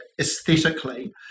aesthetically